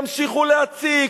ימשיכו להציק.